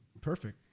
Perfect